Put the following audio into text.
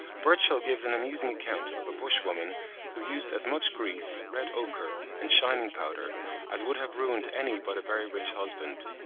burchell gives an amusing account of a bush-woman who used as much grease, red ochre, and shining powder as would have ruined any but a very rich husband.